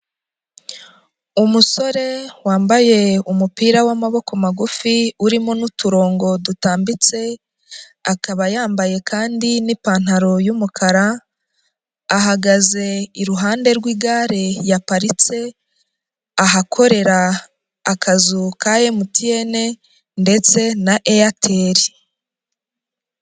Umusore wambaye umupira w'amaboko magufi urimo n'uturongo dutambitse, akaba yambaye kandi n'ipantaro y'umukara, ahagaze iruhande rw'igare yaparitse, ahakorera akazu ka MTN ndetse na Airtel.